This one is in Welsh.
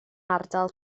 ardal